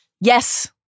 Yes